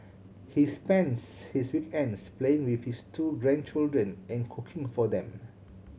he spends his weekends playing with his two grandchildren and cooking for them